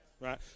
Right